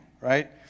right